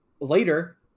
later